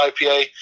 IPA